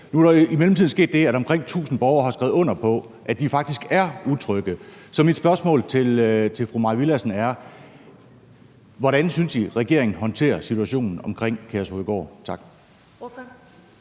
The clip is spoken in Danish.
Nu er der i mellemtiden sket det, at omkring 1.000 borgere har skrevet under på, at de faktisk er utrygge. Så mit spørgsmål til fru Mai Villadsen er: Hvordan synes I regeringen håndterer situationen omkring Kærshovedgård? Tak.